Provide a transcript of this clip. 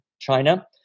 China